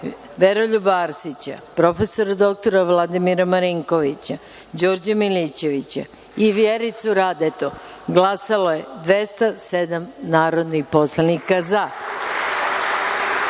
Veroljuba Arsića, prof. dr Vladimira Marinkovića, Đorđa Milićevića i Vjericu Radeta glasalo je 207 narodnih poslanika za,